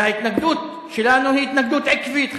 וההתנגדות שלנו היא התנגדות עקבית,